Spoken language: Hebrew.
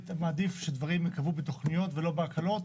אני מעדיף שדברים ייקבעו בתוכניות ולא בהקלות.